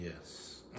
Yes